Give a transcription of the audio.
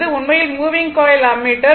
உண்மையில் moving coil ammeter D